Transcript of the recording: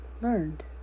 Learned